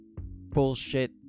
bullshit